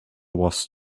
was